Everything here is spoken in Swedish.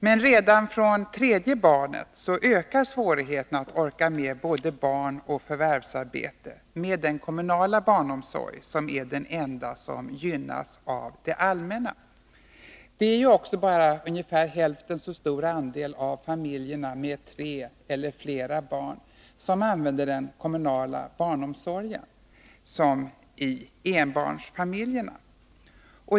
Men redan från det tredje barnet ökar svårigheterna att orka med både barn och förvärvsarbete med den kommunala barnomsorg som är den enda som gynnas av det allmänna. Jämfört med enbarnsfamiljerna är det också bara hälften så stor andel av familjerna med tre eller fler barn som använder kommunal barnomsorg.